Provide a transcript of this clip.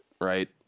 right